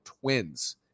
Twins